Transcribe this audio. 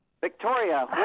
Victoria